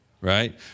right